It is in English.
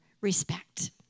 respect